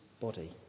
body